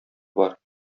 бар